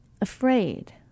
afraid